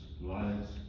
lives